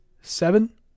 seven